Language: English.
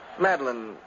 Madeline